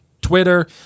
twitter